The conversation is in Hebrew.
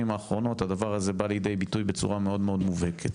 האחרונות הדבר הזה בא לידי ביטוי בצורה מאוד מאוד מובהקת.